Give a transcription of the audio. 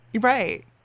Right